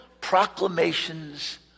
proclamations